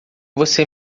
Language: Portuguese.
você